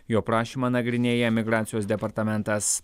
jo prašymą nagrinėja migracijos departamentas